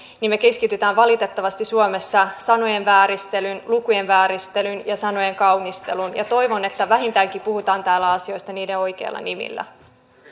me keskitymme valitettavasti suomessa sanojen vääristelyyn lukujen vääristelyyn ja sanojen kaunisteluun ja toivon että vähintäänkin puhutaan täällä asioista niiden oikeilla nimillä